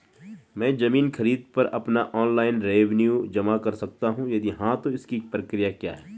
मैं ज़मीन खरीद पर अपना ऑनलाइन रेवन्यू जमा कर सकता हूँ यदि हाँ तो इसकी प्रक्रिया क्या है?